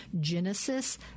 Genesis